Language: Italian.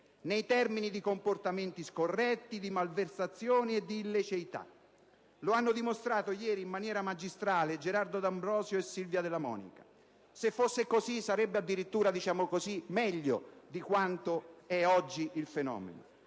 nei termini di comportamenti scorretti, di malversazione e di illiceità. Lo hanno dimostrato ieri in maniera magistrale Gerardo D'Ambrosio e Silvia Della Monica. Se fosse così, il fenomeno sarebbe addirittura - diciamolo in questo